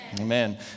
Amen